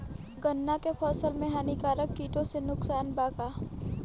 गन्ना के फसल मे हानिकारक किटो से नुकसान बा का?